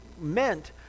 meant